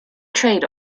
trade